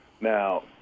Now